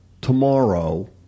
tomorrow